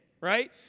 right